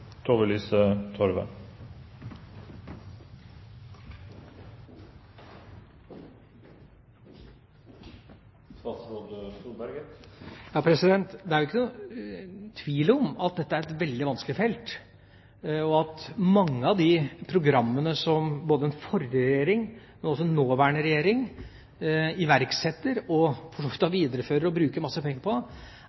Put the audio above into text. et veldig vanskelig felt, og at mange av de programmene som den forrige regjeringa iverksatte, men også den nåværende regjeringa – og for så vidt